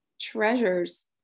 treasures